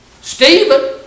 Stephen